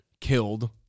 killed